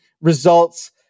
results